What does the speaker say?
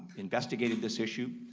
investigated this issue.